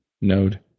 Node